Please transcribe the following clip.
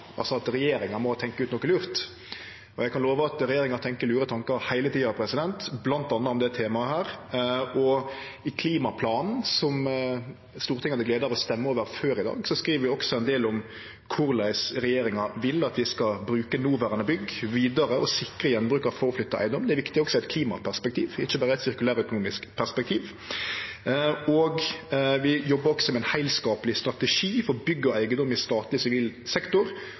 altså at regjeringa må tenkje ut noko lurt, og eg kan love at regjeringa tenkjer lure tankar heile tida, bl.a. om dette temaet. I klimaplanen, som Stortinget hadde gleda av å stemme over før i dag, skriv vi også ein del om korleis regjeringa vil at vi skal bruke noverande bygg vidare og sikre gjenbruk av fråflytt eigedom. Det er viktig også i eit klimaperspektiv, ikkje berre i eit sirkulærøkonomisk perspektiv. Vi jobbar også med ein heilskapleg strategi for bygg og eigedom i statleg sivil sektor,